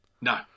No